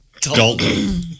Dalton